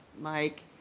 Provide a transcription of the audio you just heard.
Mike